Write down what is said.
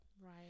right